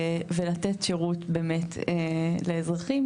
ולתת שירות לאזרחים,